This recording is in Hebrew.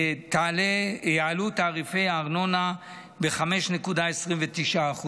יעלו תעריפי הארנונה ב-5.29%,